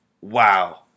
Wow